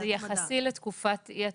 כן, אבל זה יחסי לתקופת אי התשלום.